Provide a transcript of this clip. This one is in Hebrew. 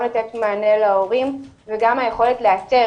גם לתת מענה להורים וגם היכולת לאתר